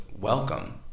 welcome